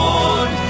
Lord